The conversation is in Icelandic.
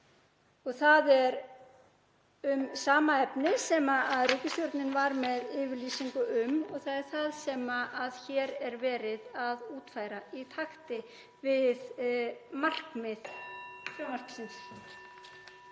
hringir.) sama efni sem ríkisstjórnin var með yfirlýsingu um og það er það sem hér er verið að útfæra í takti við markmið